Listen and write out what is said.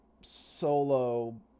solo